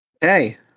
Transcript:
Hey